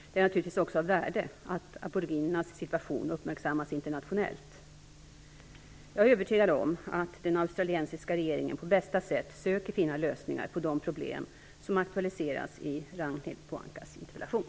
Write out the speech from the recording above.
Det är naturligtvis också av värde att aboriginernas situation uppmärksammas internationellt. Jag är övertygad om att den australiensiska regeringen på bästa sätt söker finna lösningar på de problem som aktualiseras i Ragnhild Pohankas interpellation.